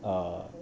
err